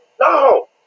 No